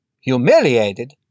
Humiliated